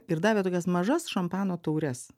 ir davė tokias mažas šampano taures